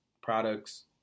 products